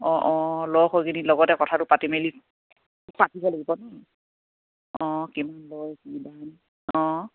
অঁ অঁ লগ হৈ কিনি লগতে কথাটো পাতি মেলি পাতিব লাগিব নহ্ অঁ কিমান লয় কি দাম অঁ